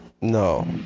No